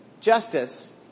justice